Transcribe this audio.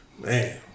Man